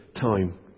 time